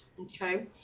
Okay